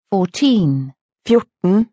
Fourteen